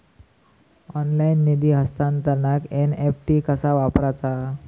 Online निधी हस्तांतरणाक NEFT कसा वापरायचा?